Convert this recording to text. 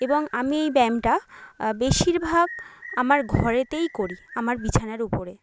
এবং আমি এই ব্যায়ামটা বেশিরভাগ আমার ঘরেতেই করি আমার বিছানার উপরে